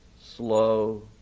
slow